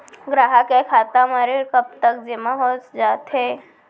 ग्राहक के खाता म ऋण कब तक जेमा हो जाथे?